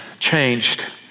changed